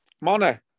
Mane